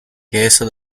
chiesa